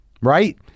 right